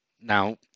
now